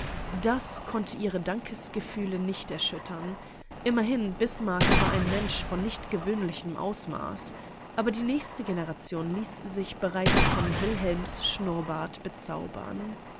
das konnte ihre dankesgefühle nicht erschüttern immerhin bismarck war ein mensch von nicht gewöhnlichem ausmaß aber die nächste generation ließ sich bereits von wilhelms schnurrbart bezaubern